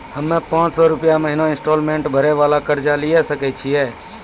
हम्मय पांच सौ रुपिया महीना इंस्टॉलमेंट भरे वाला कर्जा लिये सकय छियै?